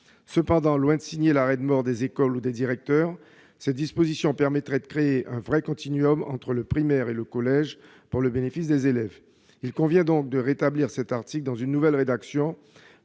Cependant, loin de signer l'arrêt de mort des écoles ou des directeurs, la mise en oeuvre de ce dispositif permettrait de créer un vrai continuum entre le primaire et le collège, au bénéfice des élèves. Il convient donc de rétablir l'article dans une nouvelle rédaction,